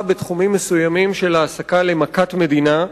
בתחומים מסוימים של העסקה למכת מדינה,